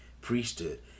priesthood